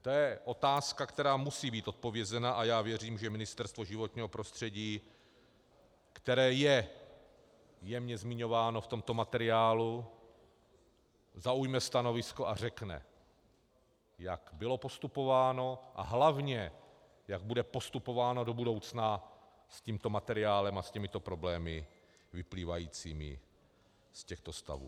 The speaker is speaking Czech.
To je otázka, která musí být odpovězena, a já věřím, že Ministerstvo životního prostředí, které je jemně zmiňováno v tomto materiálu, zaujme stanovisko a řekne, jak bylo postupováno, a hlavně jak bude postupováno do budoucna s tímto materiálem a s těmito problémy vyplývajícími z těchto stavů.